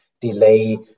delay